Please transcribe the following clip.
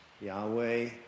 Yahweh